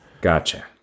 Gotcha